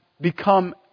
become